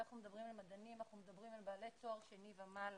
כשאנחנו מדברים על מדענים אנחנו מדברים על בעלי תואר שני ומעלה